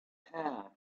hair